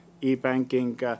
e-banking